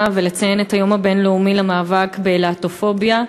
ולציין את היום הבין-לאומי למאבק בלהט"בופוביה,